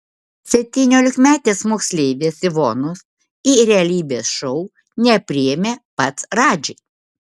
septyniolikmetės moksleivės ivonos į realybės šou nepriėmė pats radži